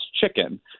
chicken